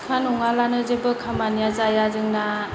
सिखा नङाब्लानो जेबो खामानियानो जाया जोंना